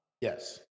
Yes